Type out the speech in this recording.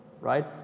right